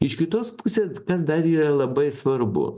iš kitos pusės kas dar yra labai svarbu